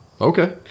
okay